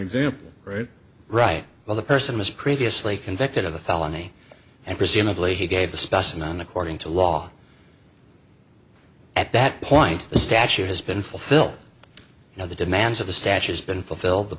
example right well the person was previously convicted of a felony and presumably he gave the specimen according to law at that point the statute has been fulfilled now the demands of the statue has been fulfilled the